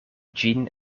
ĝin